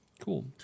Cool